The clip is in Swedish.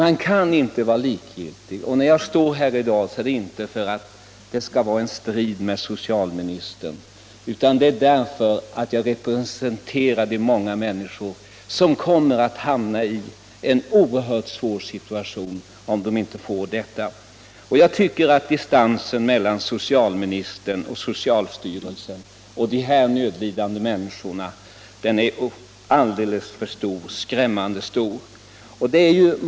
Man talar inte så sällan på borgerligt håll om regeringens maktfullkomlighet, men vad man här begär är att regeringen skall sätta sig över utan för att jag representerar de många människor som kommer att hamna i en oerhört svår situation om de inte får THX. Jag tycker att distansen mellan socialministern och socialstyrelsen å ena sidan och dessa nödlidande människor å andra sidan är skrämmande stor.